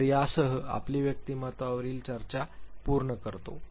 तर यासह आम्ही व्यक्तिमत्त्वावरील आपली चर्चा पूर्ण करतो